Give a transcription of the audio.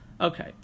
Okay